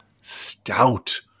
stout